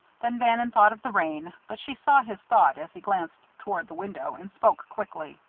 then bannon thought of the rain, but she saw his thought as he glanced toward the window, and spoke quickly.